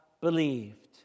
believed